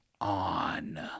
on